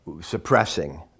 suppressing